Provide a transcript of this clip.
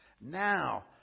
Now